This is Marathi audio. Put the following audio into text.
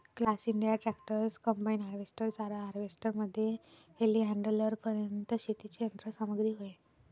class India tractors, combine harvester, चारा हार्वेस्टर मध्ये टेलीहँडलरपर्यंत शेतीची यंत्र सामग्री होय